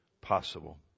possible